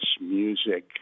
music